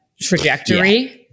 trajectory